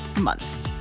months